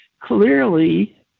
clearly